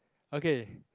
okay